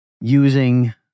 using